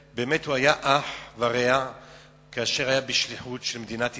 באמת הוא היה אח ורע כאשר היה בשליחות של מדינת ישראל,